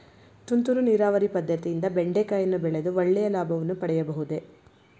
ತುಂತುರು ನೀರಾವರಿ ಪದ್ದತಿಯಿಂದ ಬೆಂಡೆಕಾಯಿಯನ್ನು ಬೆಳೆದು ಒಳ್ಳೆಯ ಲಾಭವನ್ನು ಪಡೆಯಬಹುದೇ?